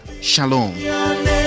Shalom